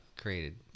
created